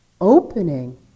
opening